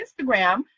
Instagram